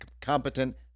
competent